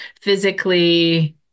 physically